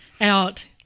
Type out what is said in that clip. Out